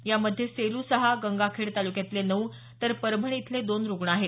यामध्ये सेलू सहा गंगाखेड तालुक्यातले नऊ तर परभणी इथले दोन रुग्ण आहेत